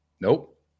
Nope